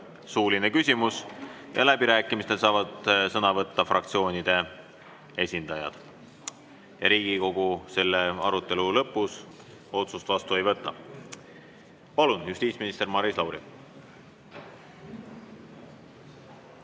suuline küsimus ja läbirääkimistel saavad sõna võtta fraktsioonide esindajad. Riigikogu selle arutelu lõpus otsust vastu ei võta. Palun, justiitsminister Maris Lauri!